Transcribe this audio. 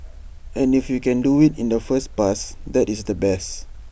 and if you can do IT in the first pass that is the best